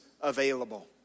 available